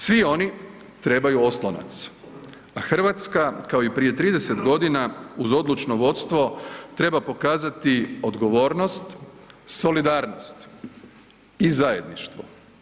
Svi oni trebaju oslonac, a Hrvatska kao i prije 30 godina uz odlučno vodstvo treba pokazati odgovornost, solidarnost i zajedništvo.